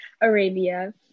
Arabia